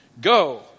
Go